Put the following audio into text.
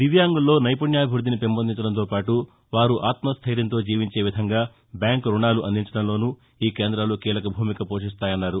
దివ్యాంగుల్లో నైపుణ్యాభివృద్దిని పెంపొదించడంతో పాటు వారు ఆత్మష్టైర్యంతో జీవించే విధంగా బ్యాంకు రుణాలు అందించడంలోనూ ఈకేంద్రాలు కీలక భూమిక పోషిస్తాయన్నారు